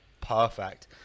perfect